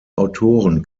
autoren